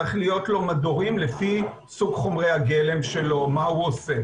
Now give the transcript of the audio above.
צריך להיות לו מדורים לפי סוג חומרי הגלם שלו ומה הוא עושה.